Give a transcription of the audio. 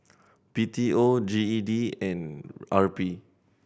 B T O G E D and R P